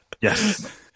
Yes